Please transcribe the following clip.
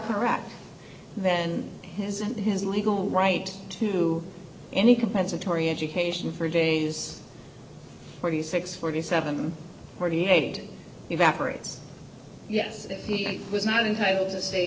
correct then his and his legal right to any compensatory education for days forty six forty seven forty eight evaporates yes if he was not entitled to